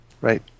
Right